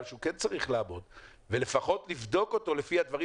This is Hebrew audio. שהוא כן צריך לעמוד ולפחות לבדוק אותו לפי הדברים